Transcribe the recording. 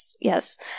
Yes